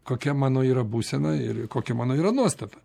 kokia mano yra būsena ir kokia mano yra nuostata